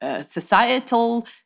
Societal